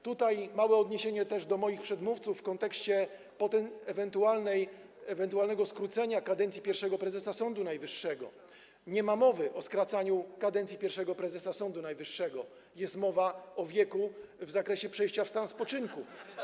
I tutaj też małe odniesienie do moich przedmówców w kontekście ewentualnego skrócenia potem kadencji pierwszego prezesa Sądu Najwyższego: nie ma mowy o skracaniu kadencji pierwszego prezesa Sądu Najwyższego, jest mowa o wieku w zakresie przejścia w stan spoczynku.